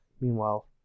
Meanwhile